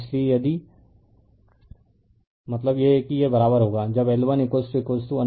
इसलिए यदि lI का मतलब है कि यह बराबर होगा जब L1अन्यथा यह इससे कम है